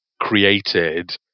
created